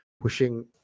pushing